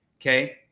Okay